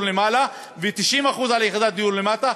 למעלה ו-90% על יחידת הדיור למטה,